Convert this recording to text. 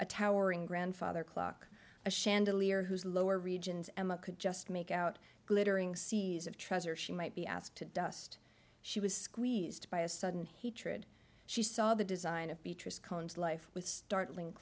a towering grandfather clock a chandelier whose lower regions emma could just make out glittering seas of treasure she might be asked to dust she was squeezed by a sudden he trid she saw the design of beatrice cohen's life with startling